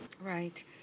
Right